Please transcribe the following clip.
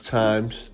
times